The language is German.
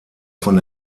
von